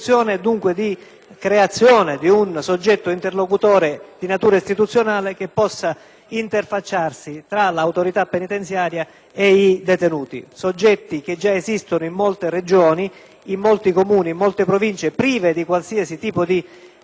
creazione di un soggetto interlocutore di natura istituzionale che possa porsi tra l'autorità penitenziaria e i detenuti. Tale soggetto già esiste in molte Regioni, in molti Comuni e in molte Province, ma è privo di qualsiasi tipo di disciplina,